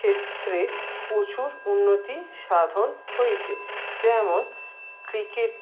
ক্ষেত্রে প্রচুর উন্নতি সাধন হয়েছে যেমন ক্রিকেট